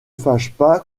fâche